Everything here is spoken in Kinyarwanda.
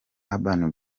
urban